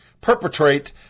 perpetrate